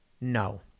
no